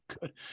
good